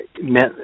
meant